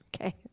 Okay